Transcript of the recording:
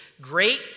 Great